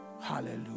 Hallelujah